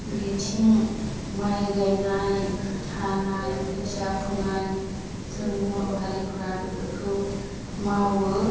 बिथिं माइ गायनाय हानाय खोथिया फुनाय जों बर' हारिफोरा बेफोरखौ मावो